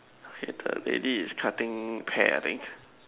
okay the lady is cutting hair I think